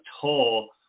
toll